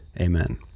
Amen